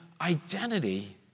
identity